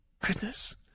goodness